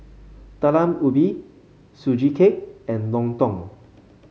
Talam Ubi Sugee Cake and lontong